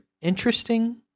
interesting